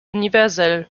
universell